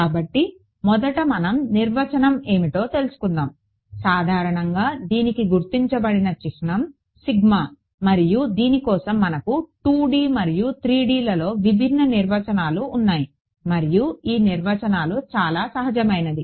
కాబట్టి మొదట మనం నిర్వచనం ఏమిటో తెలుసుకుందాము సాధారణంగా దీనికి గుర్తించబడిన చిహ్నం సిగ్మా మరియు దీని కోసం మనకు 2D మరియు 3D లలో విభిన్న నిర్వచనాలు ఉన్నాయి మరియు ఈ నిర్వచనాలు చాలా సహజమైనవి